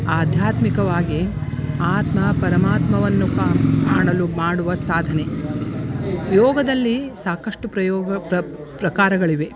ಆಧ್ಯಾತ್ಮಿಕವಾಗಿ ಆತ್ಮ ಪರಮಾತ್ಮವನ್ನು ಕಾಣಲು ಮಾಡುವ ಸಾಧನೆ ಯೋಗದಲ್ಲಿ ಸಾಕಷ್ಟು ಪ್ರಯೋಗ ಪ್ರಕಾರಗಳಿವೆ